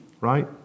right